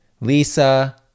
Lisa